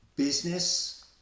business